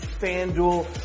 FanDuel